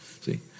See